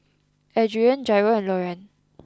Adrienne Jairo and Loren